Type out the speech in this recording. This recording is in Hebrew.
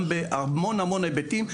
המון המון היבטים,